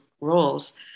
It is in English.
roles